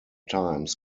times